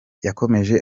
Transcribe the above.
yakomeje